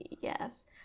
yes